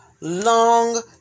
long